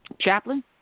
chaplain